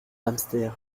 hamster